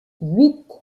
huit